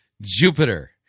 Jupiter